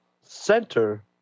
center